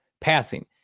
Passing